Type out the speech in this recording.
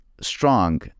strong